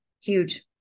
Huge